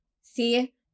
See